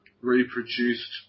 reproduced